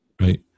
Right